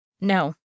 No